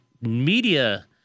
media